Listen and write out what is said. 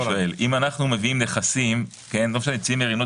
הוא מאפשר לאנשים לשתף פעולה.